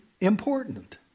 important